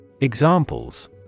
Examples